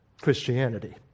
Christianity